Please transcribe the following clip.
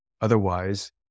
Otherwise